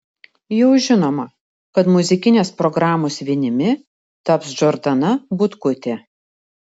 jau žinoma kad muzikinės programos vinimi taps džordana butkutė